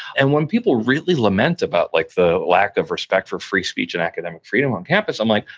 and when people really lament about like the lack of respect for free speech and academic freedom on campus, i'm like,